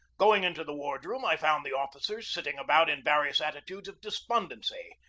going into the wardroom, i found the officers sitting about in various attitudes of despondency.